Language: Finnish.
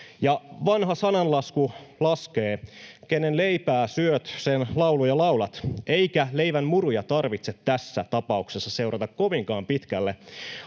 Ja vanha sananlasku laskee: ”Kenen leipää syöt, sen lauluja laulat.” Eikä leivänmuruja tarvitse tässä tapauksessa seurata kovinkaan pitkälle,